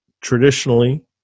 traditionally